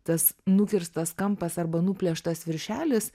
tas nukirstas kampas arba nuplėštas viršelis